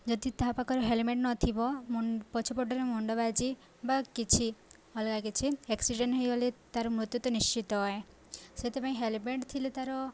ଯଦି ତାହା ପାଖରେ ହେଲମେଟ ନଥିବ ମୁଣ୍ଡ ପଛୁ ପଟରେ ମୁଣ୍ଡ ବାଜି ବା କିଛି ଅଲଗା କିଛି ଏକ୍ସିଡେଣ୍ଟ ହେଇଗଲେ ତାର ମୃତ୍ୟୁ ତ ନିଶ୍ଚିତ ହଏ ସେଥିପାଇଁ ହେଲମେଟ ଥିଲେ ତାର